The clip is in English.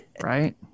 right